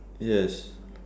yes